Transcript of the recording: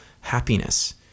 happiness